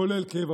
כולל קבע.